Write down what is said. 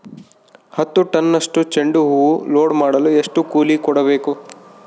ಹತ್ತು ಟನ್ನಷ್ಟು ಚೆಂಡುಹೂ ಲೋಡ್ ಮಾಡಲು ಎಷ್ಟು ಕೂಲಿ ಕೊಡಬೇಕು?